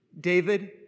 David